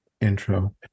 intro